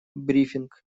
брифинг